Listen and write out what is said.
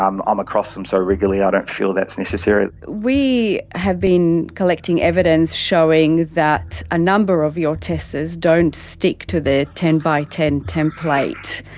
i'm um across them so regularly i don't feel that's necessary. we have been collecting evidence showing that a number of your testers don't stick to the ten by ten template.